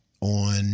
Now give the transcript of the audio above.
on